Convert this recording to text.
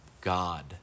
God